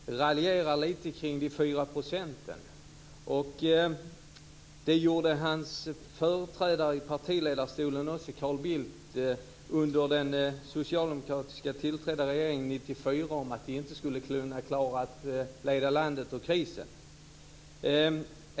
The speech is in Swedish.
Herr talman! Mikael Odenberg raljerar lite kring de 4 procenten. Det gjorde också Moderaternas tidigare partiledare Carl Bildt i talarstolen när den socialdemokratiska regeringen tillträdde år 1994. Han talade om att vi inte skulle kunna klara att leda landet ur krisen.